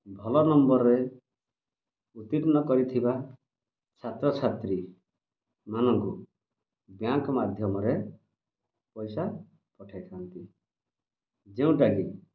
ଭଲ ନମ୍ବର୍ରେ ଉତ୍ତୀର୍ଣ୍ଣ କରିଥିବା ଛାତ୍ର ଛାତ୍ରୀମାନଙ୍କୁ ବ୍ୟାଙ୍କ ମାଧ୍ୟମରେ ପଇସା ପଠେଇଥା'ନ୍ତି ଯେଉଁଟାକି